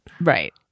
Right